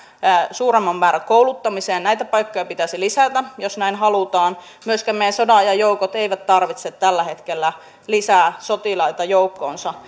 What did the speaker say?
suuremman määrän kouluttamiseen näitä paikkoja pitäisi lisätä jos näin halutaan myöskään meidän sodanajan joukot eivät tarvitse tällä hetkellä lisää sotilaita joukkoonsa